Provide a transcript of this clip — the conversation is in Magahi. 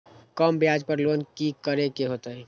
कम ब्याज पर लोन की करे के होतई?